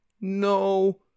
No